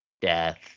Death